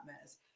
mess